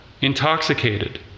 intoxicated